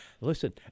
Listen